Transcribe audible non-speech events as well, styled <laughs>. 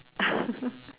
<laughs>